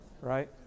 right